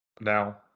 Now